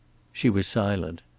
she was silent.